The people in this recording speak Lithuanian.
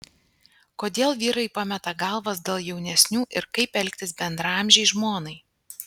kodėl vyrai pameta galvas dėl jaunesnių ir kaip elgtis bendraamžei žmonai